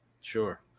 Sure